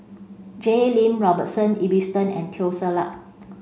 Jay Lim Robert Ibbetson and Teo Ser Luck